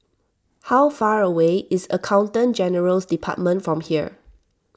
how far away is Accountant General's Department from here